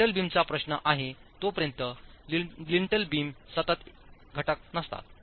lintel बीमचा प्रश्न आहे तोपर्यंत लिंटेल बीम सतत घटक नसतात